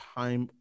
time